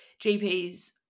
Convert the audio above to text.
GPs